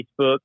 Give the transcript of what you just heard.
Facebook